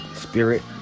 spirit